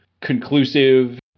conclusive